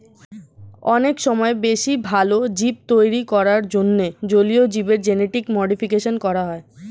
অনেক সময় বেশি ভালো জীব তৈরী করার জন্যে জলীয় জীবের জেনেটিক মডিফিকেশন করা হয়